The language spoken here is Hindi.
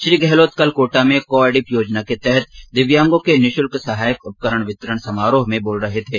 श्री गहलोत कल कोटा में को एडिप योजना के तहत दिव्यांगों के निःशल्क सहायक उपकरण वितरण समारोह में बोल रहे थे